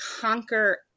conquer